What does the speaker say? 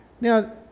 Now